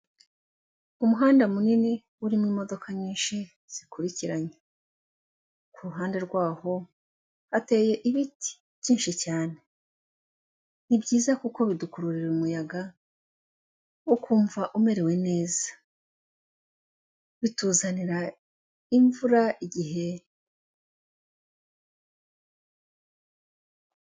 Umuhanda munini urimo imodoka nyinshi zikurikiranye, kuruhande rwaho hateye ibiti byinshi cyane, ni byiza kuko bidukururira umuyaga, ukumva umerewe neza, bituzanira imvura igihe.